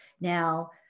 Now